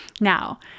Now